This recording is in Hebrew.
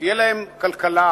שתהיה להם כלכלה,